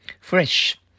Fresh